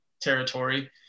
territory